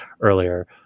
earlier